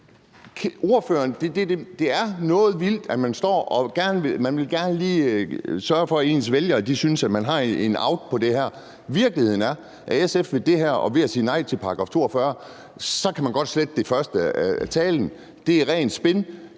Det er noget vildt, at man står og gerne lige vil sørge for, at ens vælgere synes, at man har en out på det her. Virkeligheden er, at SF vil det her og ved at sige nej til § 42, kan man godt slette det første af talen, for det er ren spin.